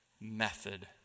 method